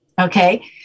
Okay